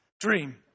dream